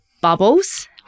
bubbles